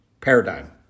paradigm